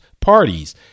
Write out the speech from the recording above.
parties